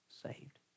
saved